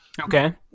okay